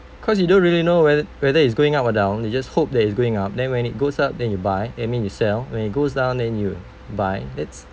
cause you don't really know whe~ whether it's going up or down you just hope that it's going up then when it goes up then you buy I mean you sell when it goes down then you buy that's